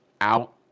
out